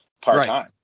part-time